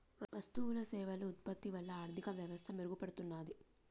వస్తువులు సేవలు ఉత్పత్తి వల్ల ఆర్థిక వ్యవస్థ మెరుగుపడుతున్నాది